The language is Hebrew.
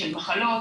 של מחלות,